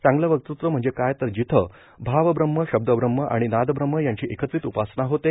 चांगलं वक्तृत्व म्हणजे काय तर जिथं भावब्रम्हए शब्दब्रम्ह आणि नादब्रम्ह याची एकत्रित उपासना होते